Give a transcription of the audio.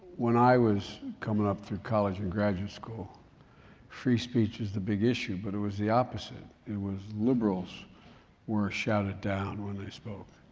when i was coming up through college and graduate school free speech was the big issue but it was the opposite, it was liberals were shouted down when they spoke.